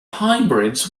hybrids